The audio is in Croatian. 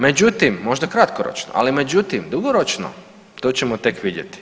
Međutim, možda kratkoročno, ali međutim dugoročno to ćemo tek vidjeti.